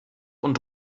und